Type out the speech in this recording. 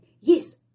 yes